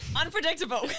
unpredictable